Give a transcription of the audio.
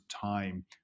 time